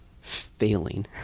failing